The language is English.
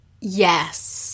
yes